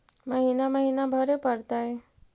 महिना महिना भरे परतैय?